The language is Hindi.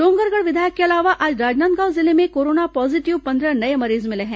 डोंगरगढ़ विधायक के अलावा आज राजनांदगांव जिले में कोरोना पॉजीटिव पंद्रह नये मरीज मिले हैं